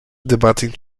debating